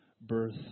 birth